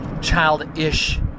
childish